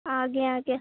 ଆଜ୍ଞା ଆଜ୍ଞା